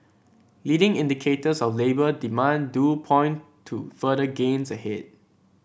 leading indicators of labour demand do point to further gains ahead